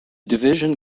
division